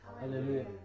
Hallelujah